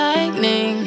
Lightning